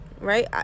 right